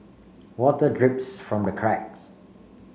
water drips from the cracks